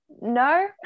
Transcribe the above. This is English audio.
No